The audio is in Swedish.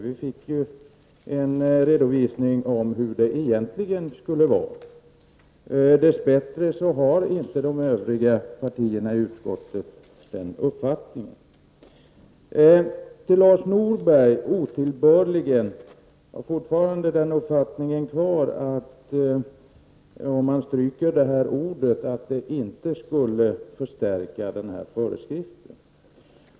Vi fick en redovisning av hur det egentligen skulle vara. Dess bättre har inte de övriga partierna i utskottet den uppfattningen. Till Lars Norberg vill jag säga att jag vidhåller att det inte skulle förstärka föreskriften att stryka ordet ”otillbörligen”.